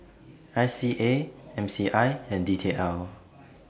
I C A M C I and D T L